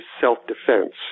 self-defense